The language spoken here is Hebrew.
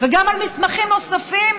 וגם על מסמכים נוספים,